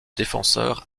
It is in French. défenseur